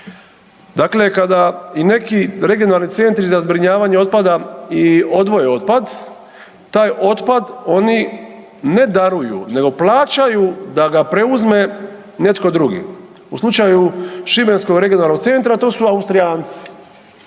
Dakle, kada i neki regionalni centri za zbrinjavanje otpada i odvoje otpad taj otpad oni ne daruju nego plaćaju da ga preuzme netko drugi. U slučaju Šibenskog regionalnog centra to su Austrijanci